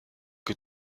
que